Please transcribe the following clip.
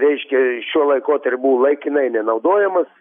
reiškia šiuo laikotar buvo laikinai nenaudojamas